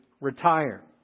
retire